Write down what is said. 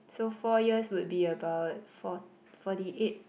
so four years would be about fort forty eight